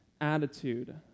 attitude